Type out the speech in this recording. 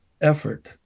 effort